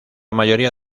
mayoría